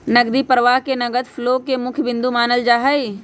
नकदी प्रवाह के नगद फ्लो के मुख्य बिन्दु मानल जाहई